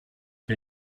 che